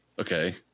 Okay